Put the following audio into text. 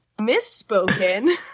misspoken